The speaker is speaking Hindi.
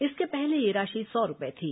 इसके पहले यह राशि सौ रूपये थी